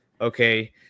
Okay